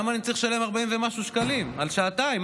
למה אני צריך לשלם 40 ומשהו שקלים על שעתיים,